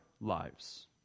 lives